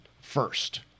first